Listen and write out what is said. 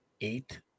eight